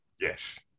Yes